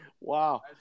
Wow